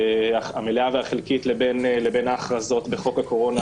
המלאה והחלקית, לבין ההכרזות בחוק הקורונה הגדול.